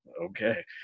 okay